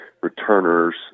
returners